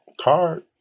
Card